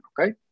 Okay